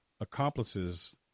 accomplices